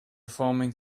forming